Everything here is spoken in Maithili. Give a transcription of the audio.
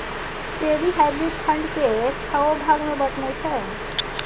सेबी हाइब्रिड फंड केँ छओ भाग मे बँटने छै